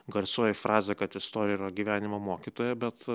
garsioji frazė kad istorija yra gyvenimo mokytoja bet